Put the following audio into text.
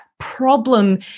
Problem